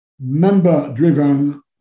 Member-driven